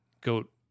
goat